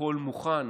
הכול מוכן.